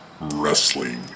Wrestling